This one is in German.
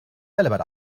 bällebad